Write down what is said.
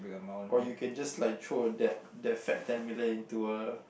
or you can just like throw a that that fat ten million into a